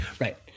Right